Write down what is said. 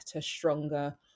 stronger